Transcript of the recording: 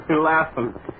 laughing